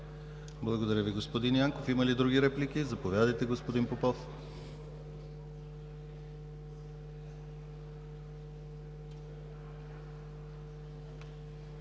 Благодаря Ви, господин Янков. Има ли други реплики? Заповядайте, господин Попов.